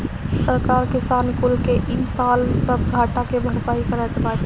सरकार किसान कुल के इ साल सब घाटा के भरपाई करत बाटे